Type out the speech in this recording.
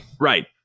Right